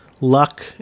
luck